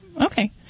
Okay